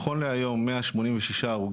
חיילי צה"ל, אני שמח על מה שגלנט אמר.